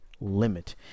limit